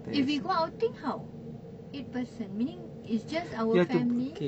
if we go outing how eight person meaning it's just our family